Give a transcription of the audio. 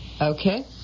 Okay